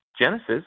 Genesis